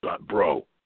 bro